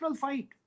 fight